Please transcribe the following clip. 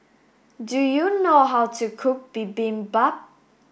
do you know how to cook Bibimbap